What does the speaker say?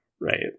right